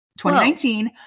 2019 –